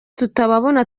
tutabona